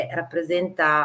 rappresenta